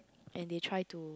and they try to